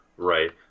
Right